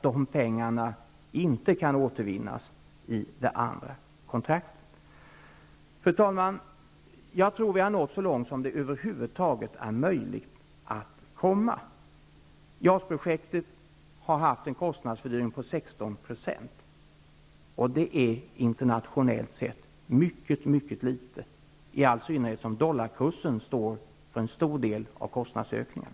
De pengarna kan inte återvinnas i det andra kontraktet. Fru talman! Jag tror att vi har nått så långt som det över huvud taget är möjligt att komma. JAS projektet har haft en kostnadsfördyring om 16 %. Internationellt sett är det mycket mycket litet, i all synnerhet som dollarkursen står för en stor del av kostnadsökningen.